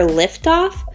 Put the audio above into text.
liftoff